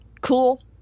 cool